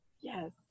Yes